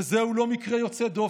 וזה הוא לא מקרה יוצא דופן.